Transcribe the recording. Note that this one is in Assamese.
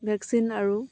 ভেকচিন আৰু